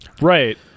right